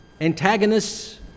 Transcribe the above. antagonists